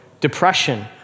depression